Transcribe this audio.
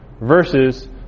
versus